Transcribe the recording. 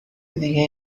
دیگه